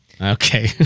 Okay